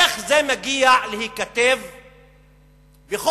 איך זה מגיע להיכתב בחוק?